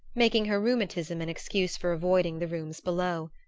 making her rheumatism an excuse for avoiding the rooms below.